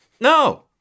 No